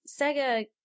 Sega